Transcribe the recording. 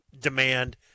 demand